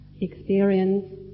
experience